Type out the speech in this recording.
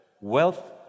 wealth